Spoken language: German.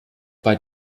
bei